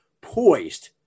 poised